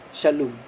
shalom